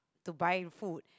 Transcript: to buying food